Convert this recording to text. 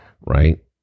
right